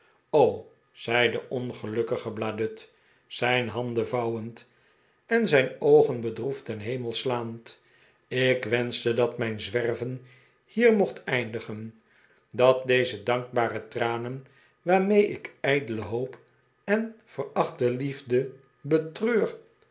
zei de ongelukkige bladud zijn handen vouwend en zijn oogen bedroefd ten heme slaand ik wenschte dat mijn zwerven hier mocht eindigen dat deze dankbare tranen waarmee ik ijdele hoop en verachte liefde betreur